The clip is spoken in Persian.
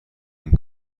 این